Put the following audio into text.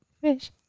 fish